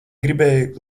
gribēju